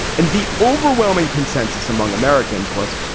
and the overwhelming consensus among americans was,